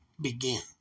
begin